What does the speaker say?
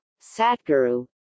Satguru